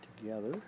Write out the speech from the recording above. together